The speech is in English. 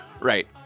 right